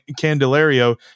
Candelario